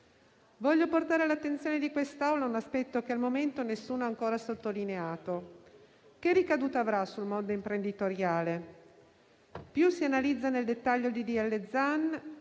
Voglio portare all'attenzione di quest'Assemblea un aspetto che al momento nessuno ancora ha sottolineato: che ricadute avrà sul mondo imprenditoriale? Più si analizza nel dettaglio il